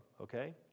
okay